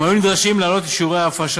הם היו נדרשים להעלות את שיעורי ההפרשה